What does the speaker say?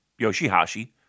Yoshihashi